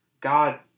God